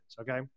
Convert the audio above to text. okay